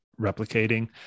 replicating